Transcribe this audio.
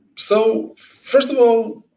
so first of all,